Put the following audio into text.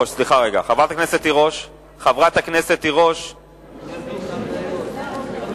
שלישית את הצעת חוק הסדרת העיסוק בייעוץ השקעות,